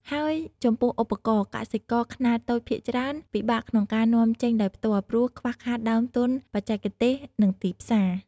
ហើយចំពោះឧបសគ្គ កសិករខ្នាតតូចភាគច្រើនពិបាកក្នុងការនាំចេញដោយផ្ទាល់ ព្រោះខ្វះខាតដើមទុនបច្ចេកទេស និងទីផ្សារ។